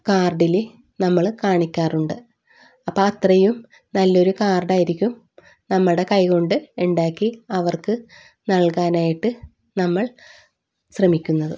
കാർഡിൽ നമ്മൾ കാണിക്കാറുണ്ട് അപ്പം അത്രയും നല്ലൊരു കാർഡായിരിക്കും നമ്മുടെ കൈകൊണ്ട് ഉണ്ടാക്കി അവർക്ക് നൽകാനായിട്ട് നമ്മൾ ശ്രമിക്കുന്നത്